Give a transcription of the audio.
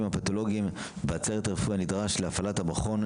הפתולוגיים בצוות הרפואי הנדרש להפעלת המכון,